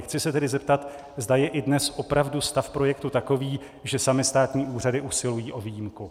Chci se tedy zeptat, zda je i dnes opravdu stav projektu takový, že samy státní úřady usilují o výjimku.